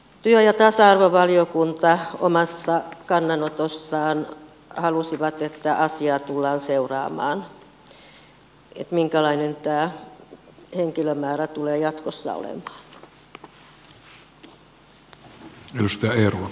työ ja tasa arvovaliokunta omassa kannanotossaan halusi että asiaa tullaan seuraamaan että minkälainen tämä henkilömäärä tulee jatkossa olemaan